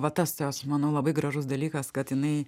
va tas jos manau labai gražus dalykas kad jinai